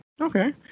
okay